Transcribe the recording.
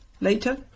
later